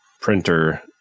printer